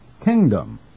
kingdom